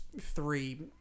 three